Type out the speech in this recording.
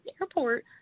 airport